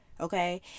okay